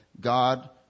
God